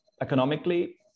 economically